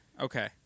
Okay